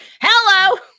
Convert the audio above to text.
Hello